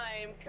time